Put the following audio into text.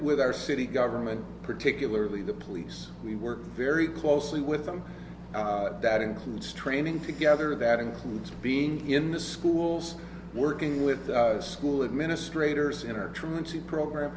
with our city government particularly the police we work very closely with them that includes training together that includes being in the schools working with school administrators in or trying to program